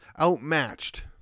outmatched